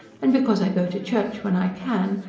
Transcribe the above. and because i go to church when i can,